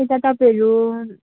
यता तपाईँहरू